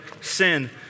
sin